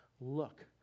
Look